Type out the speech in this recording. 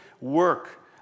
work